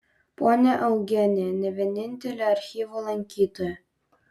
ponia eugenija ne vienintelė archyvo lankytoja